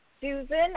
Susan